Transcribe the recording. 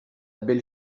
belle